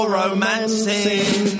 romancing